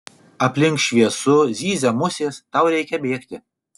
aplink šviesu zyzia musės tau reikia bėgti